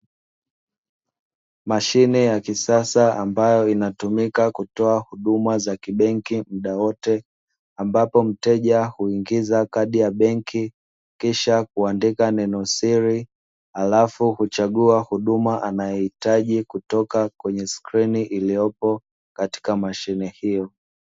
Mashine ya kisasa ambayo inatumika kutoa huduma za kibenki muda wote. Ambapo mteja huingiza kadi ya benki kisha kuandika neno siri , halafu huchagua huduma anayoihitaji kutoka kwenye skrini iliyopo katika mashine hiyo.